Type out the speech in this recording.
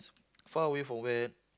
far away from where